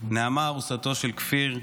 נעמה, ארוסתו של כפיר ורביד,